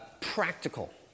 practical